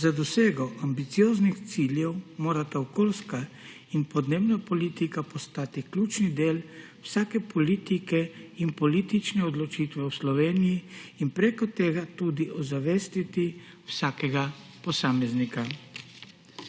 Za dosego ambicioznih ciljev morata okoljska in podnebna politika postati ključni del vsake politike in vsake politične odločitve v Sloveniji in prek tega tudi ozavestiti vsakega posameznika.